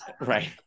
right